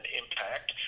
impact